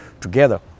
together